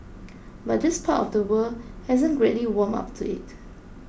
but this part of the world hasn't greatly warmed up to it